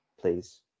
please